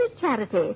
charity